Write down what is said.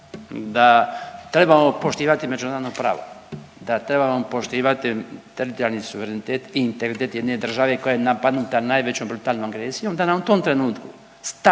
da trebamo poštivati međunarodno pravo, da trebamo poštivati teritorijalni suverenitet i integritet jedne države koja je napadnuta najvećom brutalnom agresijom da nam u tom trenutku